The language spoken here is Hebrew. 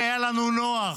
כי היה לנו נוח.